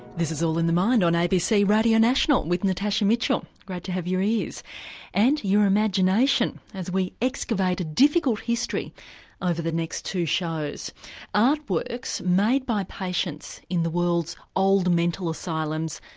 this is all in the mind on abc radio national with natasha mitchell, great to have your ears and your imagination as we excavate a difficult history over the next two shows art works made by patients in the world's old mental asylums,